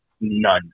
none